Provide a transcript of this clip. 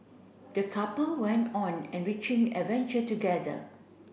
the couple went on enriching adventure together